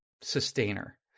sustainer